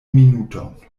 minuton